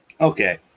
Okay